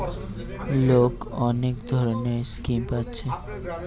লোক অনেক ধরণের স্কিম পাচ্ছে